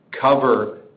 cover